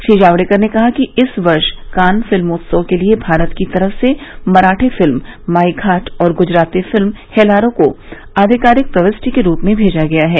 श्री जावडेकर ने कहा कि इस वर्ष कान फिल्मोत्सव के लिए भारत की तरफ से मराठी फिल्म माईघाट और गुजराती फिल्म हेलारो को आधिकारिक प्रविष्टि के रूप में भेज ागया है